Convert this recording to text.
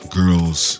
girls